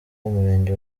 umurenge